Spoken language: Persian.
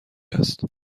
است